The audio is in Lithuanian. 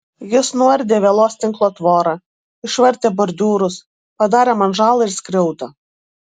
jis nuardė vielos tinklo tvorą išvartė bordiūrus padarė man žalą ir skriaudą